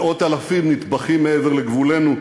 מאות-אלפים נטבחים מעבר לגבולנו.